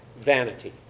vanity